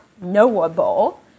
knowable